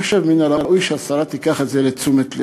ואני חושב שמן הראוי שהשרה תיקח את זה לתשומת לב.